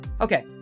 Okay